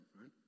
right